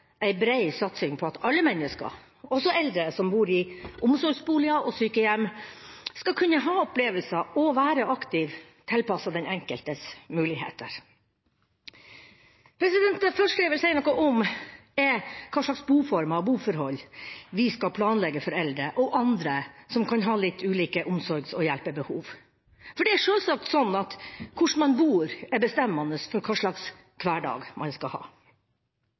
ei brei satsing på at alle mennesker, også eldre som bor i omsorgsboliger og på sykehjem, skal kunne ha opplevelser og være aktive, tilpasset den enkeltes muligheter. Det første jeg vil si noe om, er hva slags boformer og boforhold vi skal planlegge for eldre og andre som kan ha litt ulike omsorgs- og hjelpebehov. For det er sjølsagt sånn at hvordan man bor, er bestemmende for hva slags hverdag man skal ha.